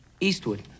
Eastwood